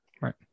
Right